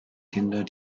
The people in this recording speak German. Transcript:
kinder